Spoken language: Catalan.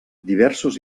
diversos